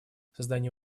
создание